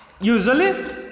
usually